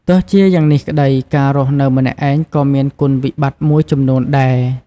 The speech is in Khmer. ទោះជាយ៉ាងនេះក្ដី ការរស់នៅម្នាក់ឯងក៏មានគុណវិបត្តិមួយចំនួនដែរ។